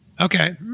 Okay